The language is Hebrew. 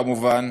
כמובן,